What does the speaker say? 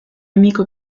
amico